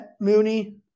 Mooney